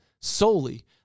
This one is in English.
solely